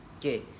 okay